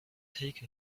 take